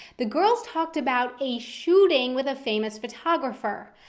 the girls talked about a shooting with a famous photographer.